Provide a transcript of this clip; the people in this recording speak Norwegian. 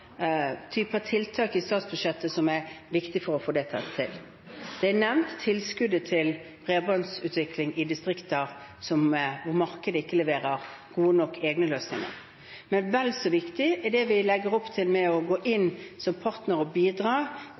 tiltak i statsbudsjettet som er viktige for å få til det. Tilskuddet til bredbåndsutvikling i distrikter hvor markedet ikke leverer gode nok egne løsninger, er nevnt, men vel så viktig er det vi legger opp til ved å gå inn som partner og bidra